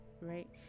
right